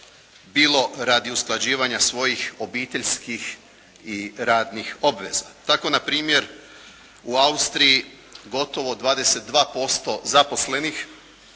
bilo radi usklađivanja svojih obiteljskih i radnih obveza, tako na primjer u Austriji gotovo 22% zaposlenih